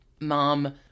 Mom